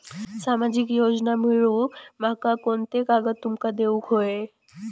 सामाजिक योजना मिलवूक माका कोनते कागद तुमका देऊक व्हये?